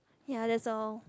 ya that's all